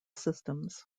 systems